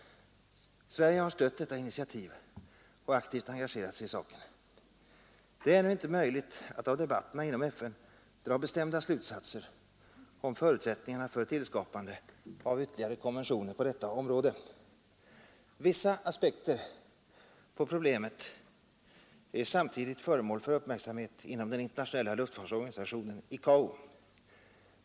Sverige har stött detta initiativ och aktivt engagerat sig i saken. Det är ännu inte möjligt att av debatterna inom FN dra bestämda slutsatser om förutsättningarna för tillskapande av ytterligare konventioner på detta område. Vissa aspekter på problemet är samtidigt föremål för uppmärksamhet inom den internationella luftfartsorganisationen ICAO.